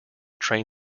train